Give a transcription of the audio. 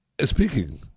Speaking